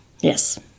Yes